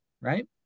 right